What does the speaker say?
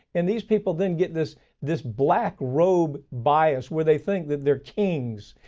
and these people then get this this black robe bias, where they think that they're kings.